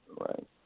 Right